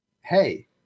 Hey